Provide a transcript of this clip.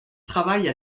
travaille